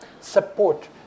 support